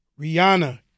Rihanna